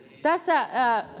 tässä